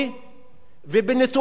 ובניתוח פוליטי,